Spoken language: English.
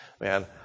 Man